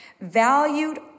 valued